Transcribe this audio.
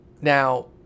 Now